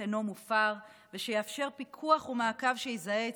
אינו מופר ושיאפשר פיקוח ומעקב ויזהה את